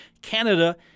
Canada